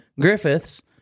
Griffiths